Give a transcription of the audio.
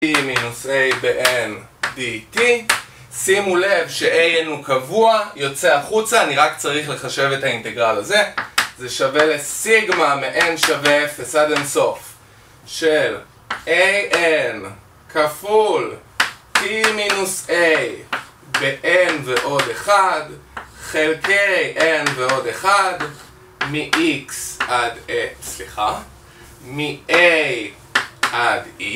t-a בn dt, שימו לב שan הוא קבוע, יוצא החוצה, אני רק צריך לחשב את האינטגרל הזה, זה שווה לסיגמה מn שווה 0 עד אינסוף של an כפול t-a בn ועוד 1 חלקי n ועוד 1 מx עד, סליחה, מa עד e.